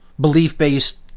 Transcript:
belief-based